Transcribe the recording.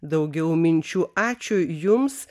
daugiau minčių ačiū jums